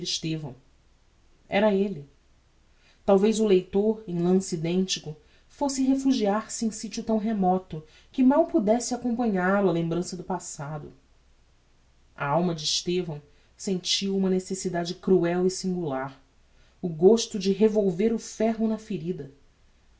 estevão era elle talvez o leitor em lance identico fosse refugiar-se em sítio tão remoto que mal podesse acompanhal-o a lembrança do passado a alma de estevão sentiu uma necessidade cruel e singular o gosto de revolver o ferro na ferida